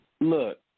look